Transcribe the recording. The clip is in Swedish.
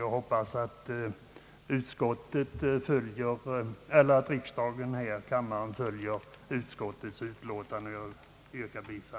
Jag hoppas att kammaren följer utskottets förslag, och jag yrkar, herr talman, bifall till detsamma.